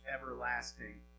everlasting